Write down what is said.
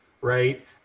right